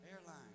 airline